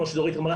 כמו שדורית אמרה,